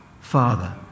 Father